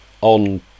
on